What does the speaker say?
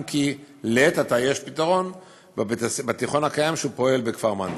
אם כי לעת עתה יש פתרון בתיכון הקיים שפועל בכפר מנדא.